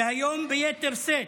והיום ביתר שאת,